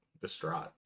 distraught